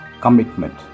commitment